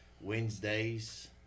Wednesdays